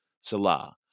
Salah